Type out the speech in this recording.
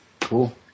Cool